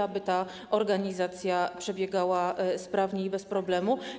aby ta organizacja przebiegała sprawnie i bez problemu.